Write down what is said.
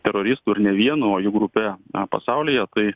teroristu ir ne vienu o jų grupe pasaulyje tai